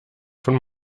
von